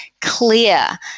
clear